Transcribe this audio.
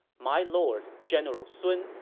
my lord, general sun,